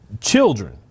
children